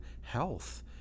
health